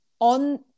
on